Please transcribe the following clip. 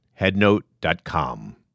headnote.com